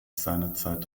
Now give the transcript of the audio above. seinerzeit